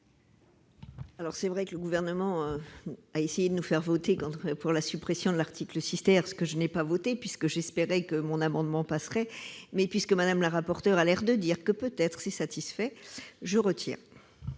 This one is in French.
Il est vrai que le Gouvernement a essayé de nous faire voter la suppression de l'article 6, ce que je n'ai pas fait puisque j'espérais que mon amendement serait adopté. Mais puisque Mme la rapporteur a l'air de dire que celui-ci est peut-être satisfait, je le retire.